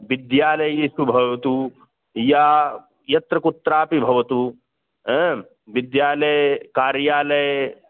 विद्यालयेषु भवतु या यत्र कुत्रापि भवतु विद्यालये कार्यालये